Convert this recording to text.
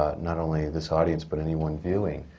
ah not only this audience, but anyone viewing,